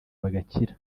bagakira